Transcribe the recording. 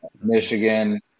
Michigan